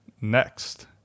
Next